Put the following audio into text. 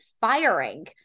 firing